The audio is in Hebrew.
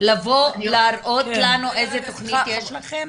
לבוא ולהראות לנו איזה תכנית יש לכם?